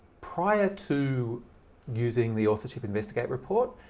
prior to using the authorship investigate report,